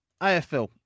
AFL